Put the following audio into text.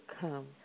come